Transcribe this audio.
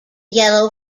yellow